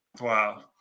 Wow